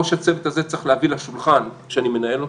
ראש הצוות הזה צריך להביא לשולחן, שאני מנהל אותו,